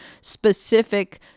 specific